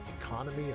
economy